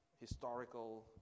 historical